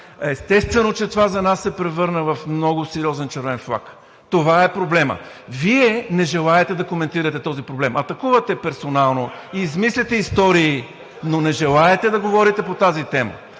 Естествено, че това за нас се превърна в много сериозен червен флаг. Това е проблемът. Вие не желаете да коментирате този проблем. Атакувате персонално, измисляте истории, но не желаете да говорите по тази тема